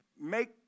make